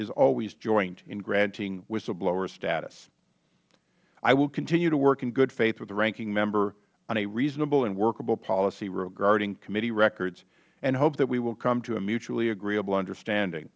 is always joint in granting whistleblower status i will continue to work in good faith with the ranking member on a reasonable and workable policy regarding committee records and hope that we will come to a mutually agreeable understanding